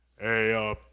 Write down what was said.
hey